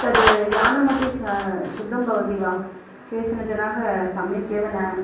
तद्यानमपि शुद्धं भवति वा केचन जनाः सम्यक् एव न